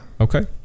Okay